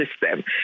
system